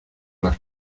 las